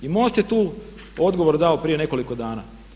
I MOST je tu odgovor dao prije nekoliko dana.